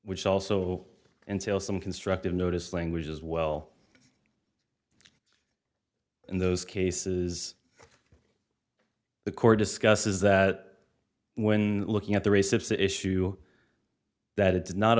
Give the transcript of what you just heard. which also entail some constructive notice language as well in those cases the court discusses that when looking at the race of the issue that it does not